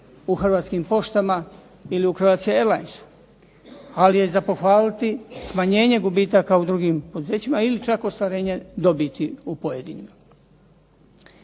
u "Hrvatskim poštama" ili u "Croatia airlinesu". Ali je za pohvaliti smanjenje gubitaka u drugim poduzećima ili čak ostvarenje dobiti u pojedinima.